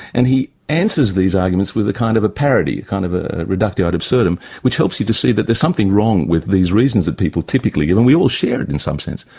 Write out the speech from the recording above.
and he answers these arguments with a kind of a parody, a kind of a reductio ad absurdum, which helps you to see that there's something wrong with these reasons that people typically give and we all share it in some sense.